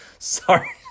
Sorry